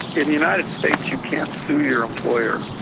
in united states you can't sue your employer.